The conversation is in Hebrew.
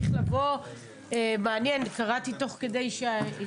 קראתי תוך כדי.